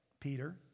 Peter